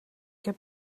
heb